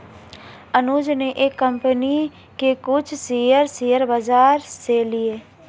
अनुज ने एक कंपनी के कुछ शेयर, शेयर बाजार से लिए